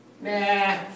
Nah